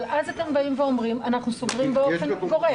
אבל אז אתם אומרים: אנחנו סוגרים באופן גורף.